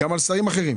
גם על שרים אחרים,